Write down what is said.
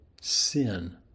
sin